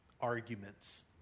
arguments